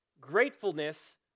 Gratefulness